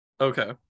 Okay